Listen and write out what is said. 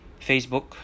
facebook